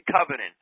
covenant